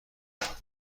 بود